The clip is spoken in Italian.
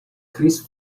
chris